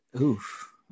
Oof